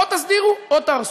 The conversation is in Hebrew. או תסדירו או תהרסו.